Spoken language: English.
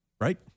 right